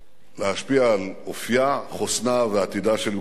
להשפיע על אופיה, חוסנה ועתידה של ירושלים.